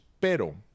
pero